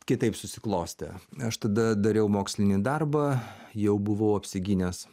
kitaip susiklostė aš tada dariau mokslinį darbą jau buvau apsigynęs